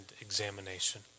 examination